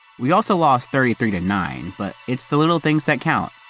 we also lost thirty three to nine, but it's the little things that count.